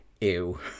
ew